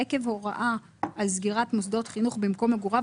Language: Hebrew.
עקב הוראה על סגירת מוסדות חינוך במקום מגוריו,